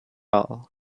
all